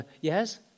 Yes